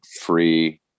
free